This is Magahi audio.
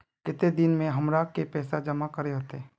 केते दिन में हमरा के पैसा जमा करे होते?